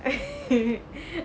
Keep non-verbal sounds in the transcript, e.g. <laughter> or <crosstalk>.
<laughs>